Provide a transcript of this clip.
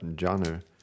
genre